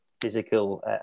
physical